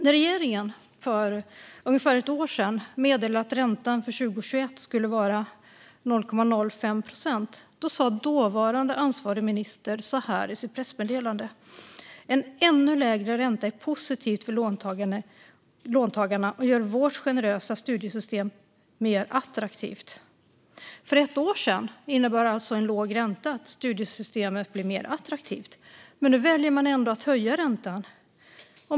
När regeringen för ungefär ett år sedan meddelade att räntan för 2021 skulle vara 0,05 procent sa den då ansvariga ministern så här i sitt pressmeddelande: En ännu lägre ränta är positivt för låntagarna och gör vårt generösa studiestödssystem mer attraktivt. För ett år sedan innebar alltså en låg ränta att studiestödssystemet blev mer attraktivt, men nu väljer man ändå att höja räntan.